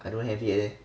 I don't have it eh